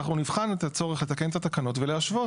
אנחנו נבחן את הצורך לתקן את התקנות ולהשוות